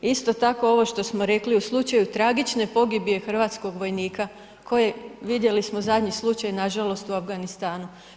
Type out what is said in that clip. Isto tako ovo što smo rekli u slučaju tragične pogibije hrvatskog vojnika koje vidjeli smo zadnji slučaj nažalost u Afganistanu.